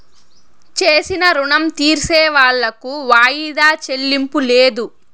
చేసిన రుణం తీర్సేవాళ్లకు వాయిదా చెల్లింపు లేదు